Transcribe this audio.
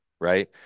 right